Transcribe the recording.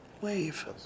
wave